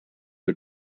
are